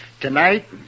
Tonight